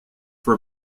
for